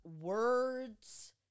words